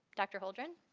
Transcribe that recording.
dr. holdren.